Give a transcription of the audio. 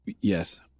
Yes